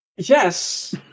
Yes